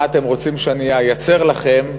מה אתם רוצים שאני אייצר לכם,